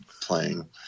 playing